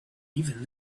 even